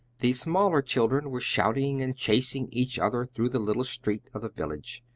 the smaller children were shouting and chasing each other through the little street of the village.